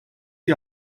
die